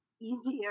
easier